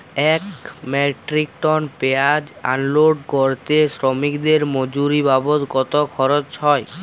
এক metric ton পেঁয়াজ unload করতে শ্রমিকের মজুরি বাবদ কত খরচ হয়?